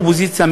האופוזיציה,